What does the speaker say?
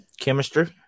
Chemistry